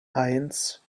eins